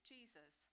Jesus